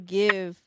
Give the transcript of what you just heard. give